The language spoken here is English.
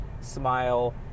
Smile